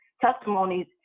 testimonies